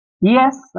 Yes